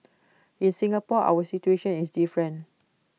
in Singapore our situation is different